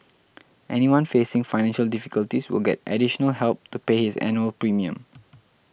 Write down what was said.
anyone facing financial difficulties will get additional help to pay his annual premium